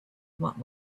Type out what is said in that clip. what